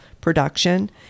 production